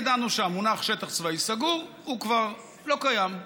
ידענו שהמונח "שטח צבאי סגור" כבר לא קיים,